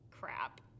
crap